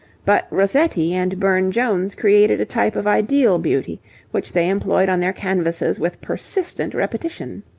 but rossetti and burne-jones created a type of ideal beauty which they employed on their canvases with persistent repetition.